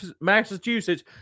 Massachusetts